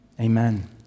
Amen